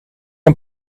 een